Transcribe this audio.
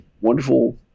wonderful